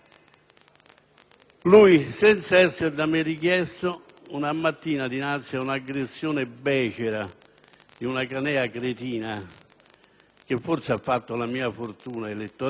senza che fosse da me richiesto, una mattina, dinanzi ad un'aggressione becera, in una canea cretina che forse ha determinato la mia fortuna elettorale,